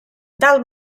del